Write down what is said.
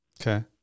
Okay